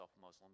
Muslim